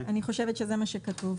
אני חושבת שזה מה שכתוב.